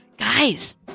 Guys